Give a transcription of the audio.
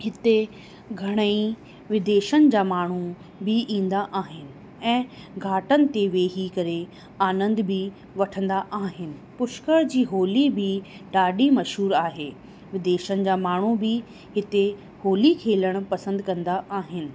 हिते घणेई विदेशनि जा माण्हू ईंदा आहिनि ऐं घाटनि ते वेही करे आनंद बि वठंदा आहिनि पुष्कर जी होली बि ॾाढी मशहूर आहे विदेशनि जा माण्हू बि हिते होली खेलण पसंदि कंदा आहिनि